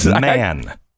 man